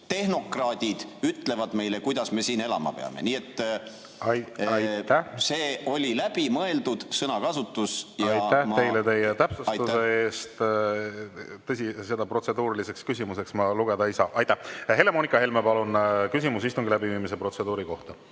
tehnokraadid ütlevad meile, kuidas me siin elama peame. Nii et see oli läbimõeldud sõnakasutus ja ma … Aitäh teile teie täpsustuse eest! Tõsi, seda protseduuriliseks küsimuseks ma lugeda ei saa. Helle-Moonika Helme, palun! Küsimus istungi läbiviimise protseduuri kohta.